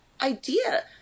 idea